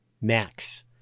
Max